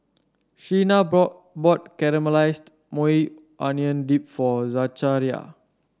Sheena brought bought Caramelized Maui Onion Dip for Zachariah